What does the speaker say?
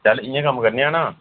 चल इयां कम्म करने आं ना